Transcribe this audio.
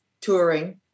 touring